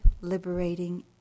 liberating